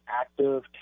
active